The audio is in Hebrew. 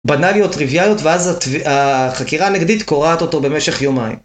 בנאליות, טריוויאליות, ואז החקירה הנגדית קורעת אותו במשך יומיים.